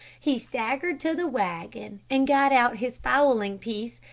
he staggered to the wagon and got out his fowling piece,